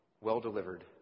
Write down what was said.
well-delivered